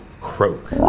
croak